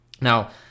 now